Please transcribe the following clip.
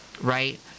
Right